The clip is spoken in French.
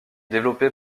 développé